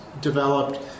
developed